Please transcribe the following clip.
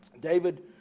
David